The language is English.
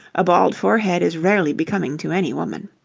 a bald forehead is rarely becoming to any woman.